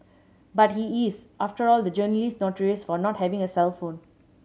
but he is after all the journalist notorious for not having a cellphone